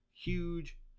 Huge